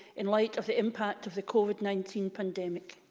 in light of the impact of the covid nineteen pandemic.